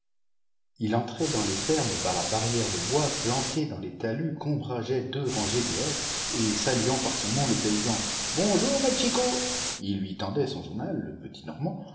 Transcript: il entrait dans les fermes par la barrière de bois plantée dans les talus qu'ombrageaient deux rangées de hêtres et saluant par son nom le paysan bonjour maît chicot il lui tendait son journal le